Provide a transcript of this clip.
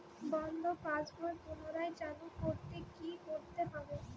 বন্ধ পাশ বই পুনরায় চালু করতে কি করতে হবে?